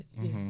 yes